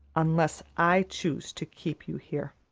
unless i choose to keep you here.